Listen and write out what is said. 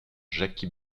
jacky